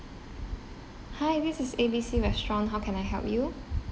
hi this is A B C restaurant how can I help you